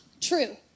true